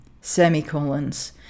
Semicolons